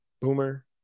Boomer